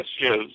yes